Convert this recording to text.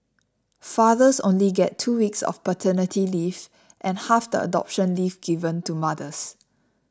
fathers only get two weeks of paternity leave and half the adoption leave given to mothers